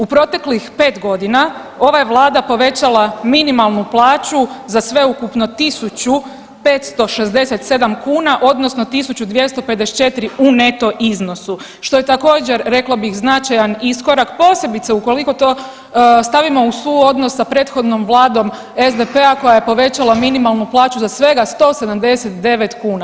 U proteklih pet godina ova je vlada povećala minimalnu plaću za sveukupno 1.567 kuna odnosno 1.254 u neto iznosu što je također rekla bih značajan iskorak posebice ukoliko to stavimo u suodnos sa prethodnom vladom SDP-a koja je povećala minimalnu plaću za svega 179 kuna.